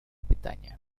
питания